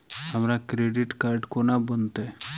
हमरा credit card कोना बनतै?